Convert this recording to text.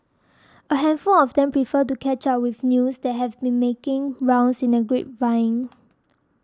a handful of them prefer to catch up with news that have been making rounds in the grapevine